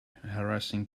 harassing